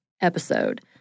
episode